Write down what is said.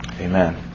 Amen